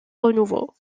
renouveau